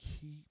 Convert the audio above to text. keep